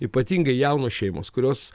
ypatingai jaunos šeimos kurios